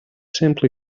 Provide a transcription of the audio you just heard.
simply